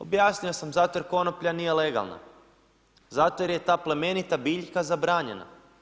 Objasnio sam zato jer konoplja nije legalna, zato jer je ta plemenita biljka zabranjena.